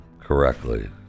correctly